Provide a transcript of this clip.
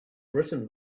written